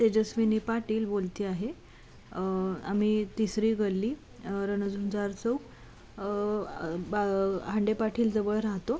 तेजस्विनी पाटील बोलते आहे आम्ही तिसरी गल्ली रणझुंजार चौक बा हांडेपाटीलजवळ राहतो